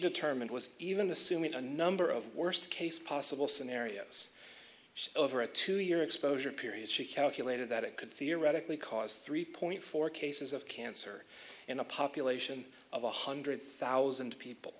determined was even assuming a number of worst case possible scenarios over a two year exposure period she calculated that it could theoretically cause three point four cases of cancer in a population of one hundred thousand people